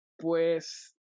pues